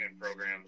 programs